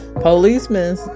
Policemen